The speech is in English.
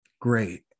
great